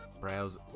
browse